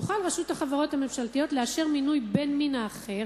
תוכל רשות החברות הממשלתיות לאשר מינוי בן המין האחר